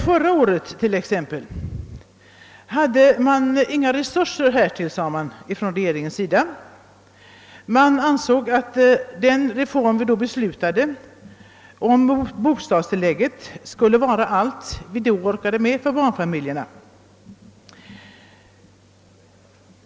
Förra året ansåg emellertid regeringen att resurser härför saknades. Den reform vi då beslutade beträffande bo stadstillägget skulle vara allt som orkades med för barnfamiljerna.